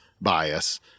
bias